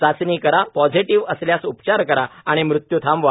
चाचणी करा पॉझिटिव्ह असल्यास उपचार करा आणि मृत्यू थांबवा